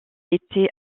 été